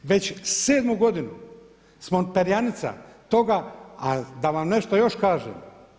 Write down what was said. Već 7 godinu smo perjanica toga a da vam nešto još kažem.